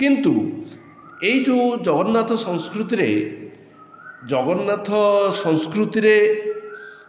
କିନ୍ତୁ ଏଇ ଯେଉଁ ଜଗନ୍ନାଥ ସଂସ୍କୃତିରେ ଜଗନ୍ନାଥ ସଂସ୍କୃତିରେ